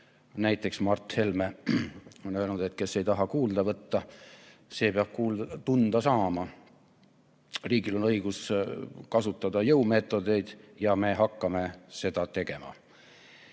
Näiteks Mart Helme on öelnud: "Kes ei taha kuulda võtta, see peab tunda saama." Ta on öelnud, et riigil on õigus kasutada jõumeetodeid ja me hakkame seda tegema.